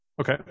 Okay